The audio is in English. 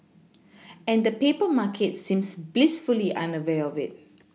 and the paper market seems blissfully unaware of it